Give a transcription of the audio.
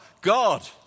God